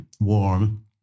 warm